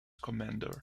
commander